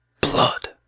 blood